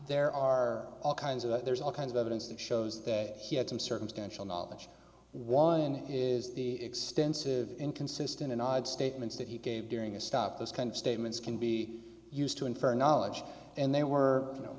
there are all kinds of there's all kinds of evidence that shows that he had some circumstantial knowledge one is the extensive inconsistent and odd statements that he gave during a stop those kind of statements can be used to infer knowledge and they were you know